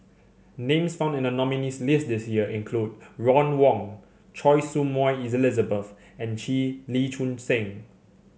names found in the nominees' list this year include Ron Wong Choy Su Moi Elizabeth and Lee Choon Seng